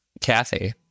Kathy